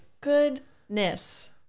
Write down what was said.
goodness